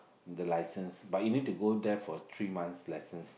the license but you need to go there for three months lessons